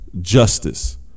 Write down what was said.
Justice